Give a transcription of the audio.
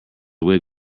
wig